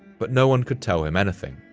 but no one could tell him anything.